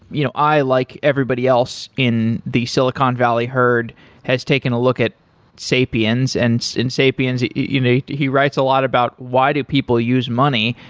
you know i like everybody else in the silicon valley herd has taken a look at sapiens and sapiens, you know he writes a lot about why do people use money.